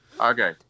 Okay